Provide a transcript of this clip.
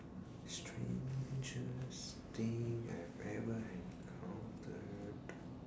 strangest thing that I've ever encounter